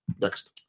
Next